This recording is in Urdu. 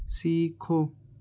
سیکھو